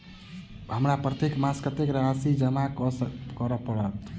हमरा प्रत्येक मास कत्तेक राशि जमा करऽ पड़त?